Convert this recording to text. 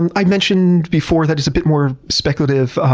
and i mentioned before that it's a bit more speculative,